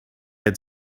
had